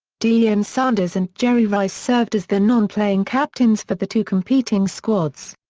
deion sanders and jerry rice served as the non-playing captains for the two competing squads.